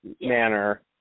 manner